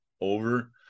over